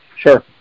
sure